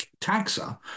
taxa